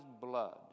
blood